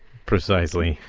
precisely.